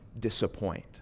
disappoint